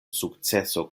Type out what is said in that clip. sukceso